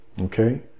Okay